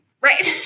Right